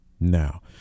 Now